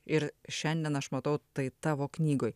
ir šiandien aš matau tai tavo knygoj